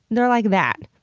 they're like that,